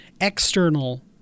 external